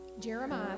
Jeremiah